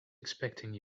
expecting